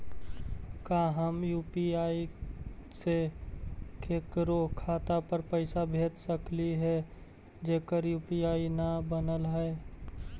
का हम यु.पी.आई से केकरो खाता पर पैसा भेज सकली हे जेकर यु.पी.आई न बनल है?